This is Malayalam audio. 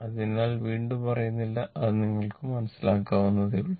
അതിനാൽ വീണ്ടും പറയുന്നില്ല അത് നിങ്ങൾക്ക് മനസ്സിലാക്കാവുന്നതേയുള്ളൂ